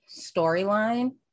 storyline